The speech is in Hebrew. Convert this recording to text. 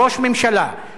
יועץ משפטי,